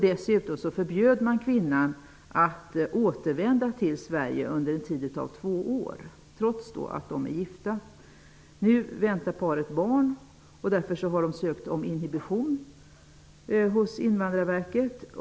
Dessutom förbjöd man kvinnan att återvända till Sverige under en tid av två år, trots att paret är gifta med varandra. Nu väntar de barn, och därför har ansökan om inhibition lämnats in till Invandrarverket.